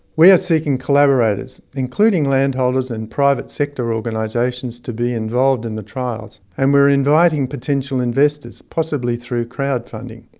we are seeking collaborators, including landholders and private sector organisations, to be involved in the trials. and we are inviting potential investors, possibly through crowd funding.